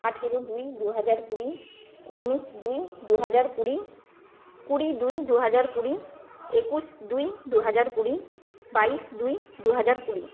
আঠেরো দুই দুহাজার কুড়ি উনিশ দুই দুহাজার কুড়ি কুড়ি দুই দুহাজার কুড়ি একুশ দুই দুহাজার কুড়ি বাইশ দুই দুহাজার কুড়ি